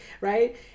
right